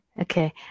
Okay